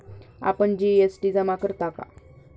आपण जी.एस.टी जमा करता का?